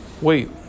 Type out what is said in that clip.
Wait